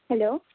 hello